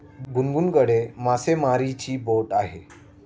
गुनगुनकडे मासेमारीची बोट आहे